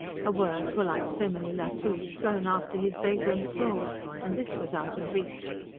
her words were like so many lassos thrown after his vagrant soul and this was out of reach.